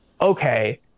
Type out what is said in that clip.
okay